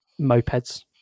mopeds